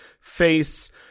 face